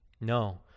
No